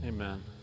Amen